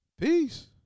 Peace